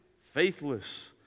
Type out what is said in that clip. faithless